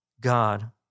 God